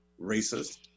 racist